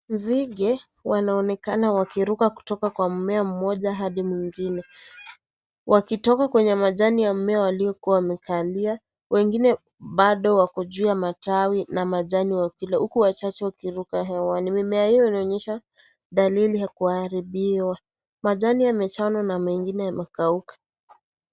Nzinge wanaonekana wakiruka kutoka kwa mmea mmoja hadi mwingine. Wakitoka kwenye majani ya mmea walikuwa wamekalia, wengine bado wako juu ya matawi na majani wakila huku wachache wakiruka hewani. Mimea hiyo inaonyosha dalili ya kuharibiwa. Majani yamechanwa na mengine yamekauka.